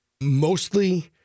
mostly